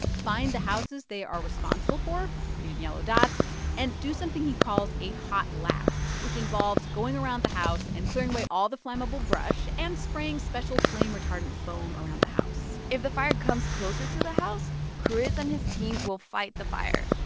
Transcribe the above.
find the houses they are responsible for the green and yellow dots and do something he calls a hot lap, which involves going around the house and clearing away all the flammable brush and spraying special flame-retardant foam around the house if the fire comes closer to the house, chris and his team will fight the fire,